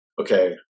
okay